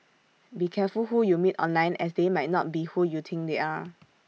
be careful who you meet online as they might not be who you think they are